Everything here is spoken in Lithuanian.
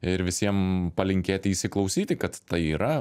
ir visiem palinkėti įsiklausyti kad tai yra